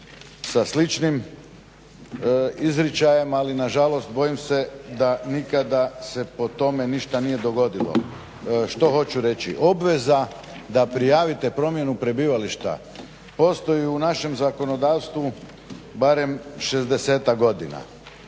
sa sličnim izričajem, ali na žalost bojim se da nikada se po tome ništa nije dogodilo. Što hoću reći? Obveza da prijavite promjenu prebivališta postoji u našem zakonodavstvu barem šezdesetak